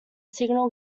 signal